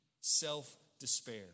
self-despair